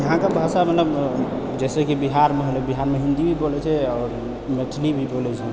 अहाँके भाषा मतलब जैसे की बिहारमे होलै बिहारमे हिन्दी भी बोलै छै आओर मैथिली भी बोलै छै